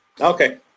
okay